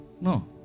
No।